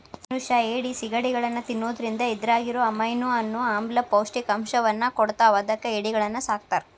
ಮನಷ್ಯಾ ಏಡಿ, ಸಿಗಡಿಗಳನ್ನ ತಿನ್ನೋದ್ರಿಂದ ಇದ್ರಾಗಿರೋ ಅಮೈನೋ ಅನ್ನೋ ಆಮ್ಲ ಪೌಷ್ಟಿಕಾಂಶವನ್ನ ಕೊಡ್ತಾವ ಅದಕ್ಕ ಏಡಿಗಳನ್ನ ಸಾಕ್ತಾರ